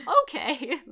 Okay